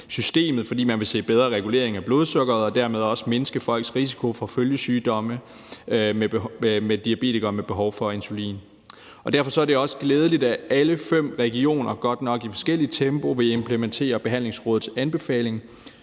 fordi man vil se bedre regulering af blodsukkeret. Det vil derfor også mindske folks risiko for følgesygdomme for diabetikere med behov for insulin. Derfor er det også glædeligt, at alle fem regioner – godt nok i forskelligt tempo – vil implementere Behandlingsrådets anbefaling,